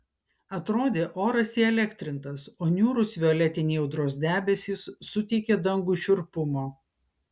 atrodė oras įelektrintas o niūrūs violetiniai audros debesys suteikė dangui šiurpumo